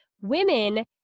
Women